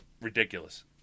ridiculous